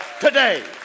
today